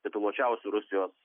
tituluočiausių rusijos